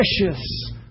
precious